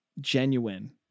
genuine